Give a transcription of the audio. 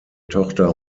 tochter